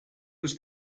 was